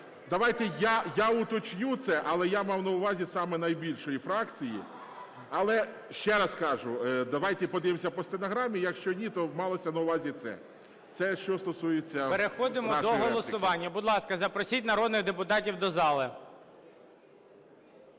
давайте я уточню це, але я мав на увазі саме найбільшої фракції Але ще раз кажу: давайте подивимося по стенограмі, якщо ні, то малося на увазі це. Це що стосується нашої репліки. ГОЛОВУЮЧИЙ. Переходимо до голосування. Будь ласка, запросіть народних депутатів до зали.